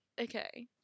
okay